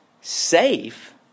safe